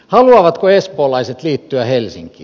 haluavatko espoolaiset liittyä helsinkiin